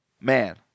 man